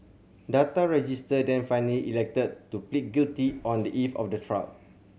Data Register then finally elected to plead guilty on the eve of the trial